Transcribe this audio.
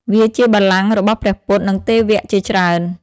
វាជាបល្ល័ង្ករបស់ព្រះពុទ្ធ និងទេវៈជាច្រើន។